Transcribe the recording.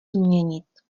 změnit